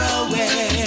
away